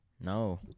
No